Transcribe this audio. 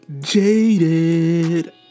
jaded